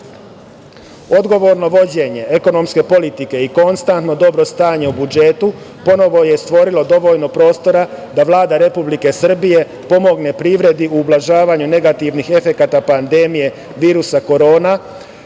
Odgovorno vođenje ekonomske politike i konstantno dobro stanje u budžetu ponovo je stvorilo dovoljno prostora da Vlada Republike Srbije pomogne privredi u ublažavanju negativnih efekata pandemije virusa Korona,